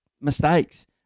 mistakes